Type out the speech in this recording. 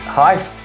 Hi